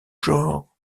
genre